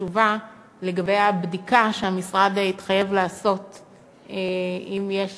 תשובה לגבי הבדיקה שהמשרד התחייב לעשות אם יש